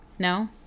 No